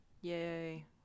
Yay